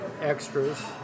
extras